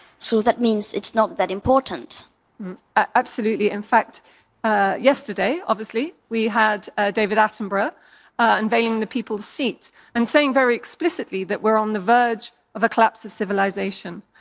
so that means it's not that important absolutely. in fact yesterday, obviously, we had david attenborough unveiling the people's seat and saying very explicitly that we're on the verge of a collapse of civilization.